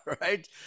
right